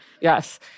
Yes